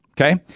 Okay